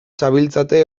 zabiltzate